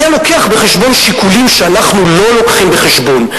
היה מביא בחשבון שיקולים שאנחנו לא מביאים בחשבון,